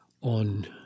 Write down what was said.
on